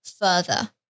further